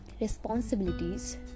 responsibilities